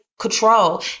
control